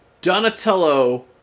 Donatello